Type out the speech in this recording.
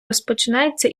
розпочинається